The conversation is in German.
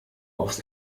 aufs